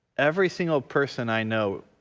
every single person i know